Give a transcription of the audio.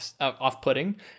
off-putting